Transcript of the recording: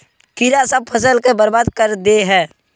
कीड़ा सब फ़सल के बर्बाद कर दे है?